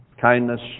kindness